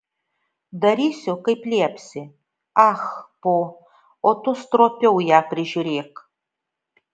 darysiu kaip liepsi ah po o tu stropiau ją prižiūrėk